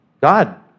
God